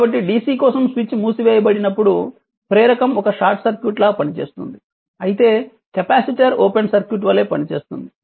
కాబట్టి DC కోసం switch మూసివేయబడినప్పుడు ప్రేరకం ఒక షార్ట్ సర్క్యూట్ పనిచేస్తుంది అయితే కెపాసిటర్ ఓపెన్ సర్క్యూట్ వలె పనిచేస్తుంది